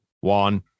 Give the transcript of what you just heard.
One